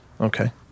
Okay